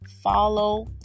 Follow